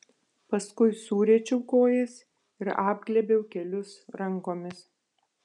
paskui suriečiau kojas ir apglėbiau kelius rankomis